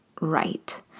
right